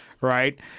Right